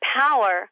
power